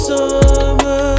Summer